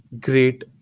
great